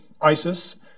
ISIS